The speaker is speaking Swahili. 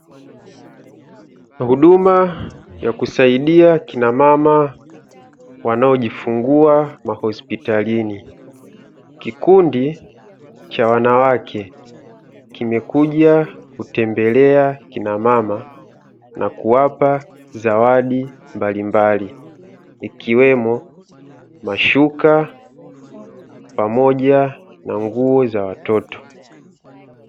Huduma ya kusaidia kina mama wanaojifungua mahospitalini. kikundi cha wanawake kimekuja kutembelea kina mama na kuwapa zawadi mbalimbali ikiwemo mashuka pamoja na nguo za watoto.